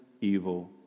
evil